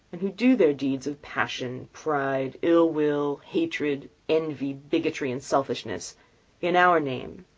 and who do their deeds of passion, pride, ill-will, hatred, envy, bigotry, and selfishness in our name,